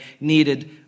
needed